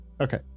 Okay